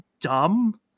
dumb